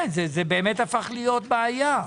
זה הפך להיות בעיה.